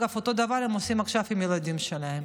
אגב, אותו דבר הם עושים עכשיו עם הילדים שלהם.